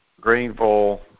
Greenville